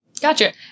Gotcha